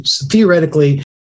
theoretically